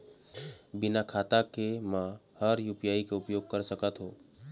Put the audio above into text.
बिना खाता के म हर यू.पी.आई के उपयोग कर सकत हो?